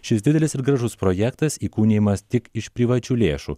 šis didelis ir gražus projektas įkūnijamas tik iš privačių lėšų